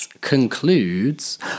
concludes